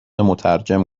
مترجم